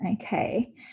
okay